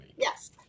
Yes